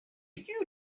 you